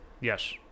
Yes